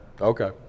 Okay